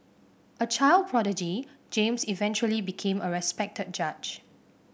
a child prodigy James eventually became a respected judge